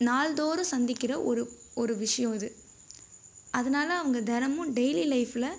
நாள்தோறும் சந்திக்கிற ஒரு ஒரு விஷயம் இது அதனால அவங்க தினமும் டெய்லி லைஃப்ல